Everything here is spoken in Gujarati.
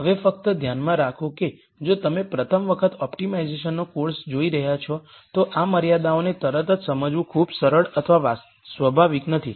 હવે ફક્ત ધ્યાનમાં રાખો કે જો તમે પ્રથમ વખત ઓપ્ટિમાઇઝેશનનો કોર્સ જોઈ રહ્યા છો તો આ મર્યાદાઓને તરત જ સમજવું ખૂબ સરળ અથવા સ્વાભાવિક નથી